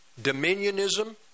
Dominionism